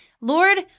Lord